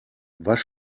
was